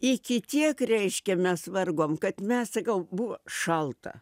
iki tiek reiškia mes vargom kad mes sakau buvo šalta